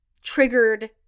triggered